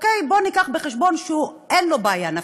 בוא נביא בחשבון שאין לו בעיה נפשית.